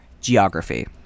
geography